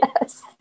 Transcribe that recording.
Yes